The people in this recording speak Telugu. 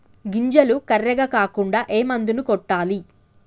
గింజలు కర్రెగ కాకుండా ఏ మందును కొట్టాలి?